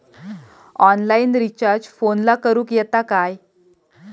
Online recharge फोनला करूक येता काय?